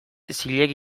zilegi